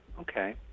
okay